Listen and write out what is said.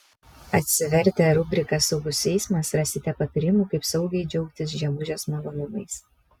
atsivertę rubriką saugus eismas rasite patarimų kaip saugiai džiaugtis žiemužės malonumais